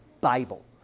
Bible